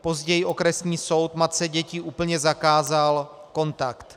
Později okresní soud matce dětí úplně zakázal kontakt.